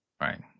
Right